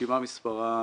מספר הרשימה הוא